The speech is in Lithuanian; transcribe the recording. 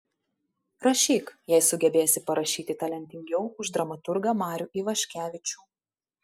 rašyk jei sugebėsi parašyti talentingiau už dramaturgą marių ivaškevičių